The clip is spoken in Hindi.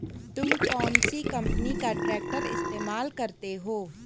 तुम कौनसी कंपनी का ट्रैक्टर इस्तेमाल करते हो?